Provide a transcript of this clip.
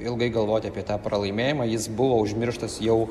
ilgai galvoti apie tą pralaimėjimą jis buvo užmirštas jau